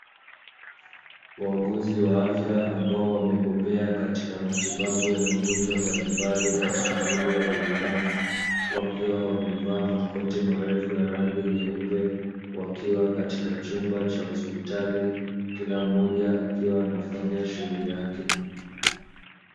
Wauguzi wa afya ambao wamebobea katika matibabu ya magonjwa mbalimbali katika mwili wa binadamu, wakiwa wamevaa makoti marefu ya rangi nyeupe wakiwa katika chumba cha hospitali kila mmoja akiwa anafanya shughuli yake.